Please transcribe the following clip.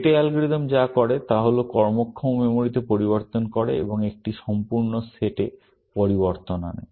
রেটে অ্যালগরিদম যা করে তা হল কর্মক্ষম মেমরিতে পরিবর্তন করে এবং একটি সম্পূর্ণ সেটে পরিবর্তন আনে